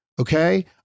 okay